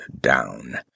down